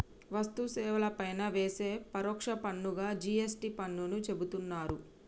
వస్తు సేవల పైన వేసే పరోక్ష పన్నుగా జి.ఎస్.టి పన్నుని చెబుతున్నరు